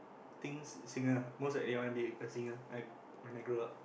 think singer mostly likely I wanna be a singer I when I grow up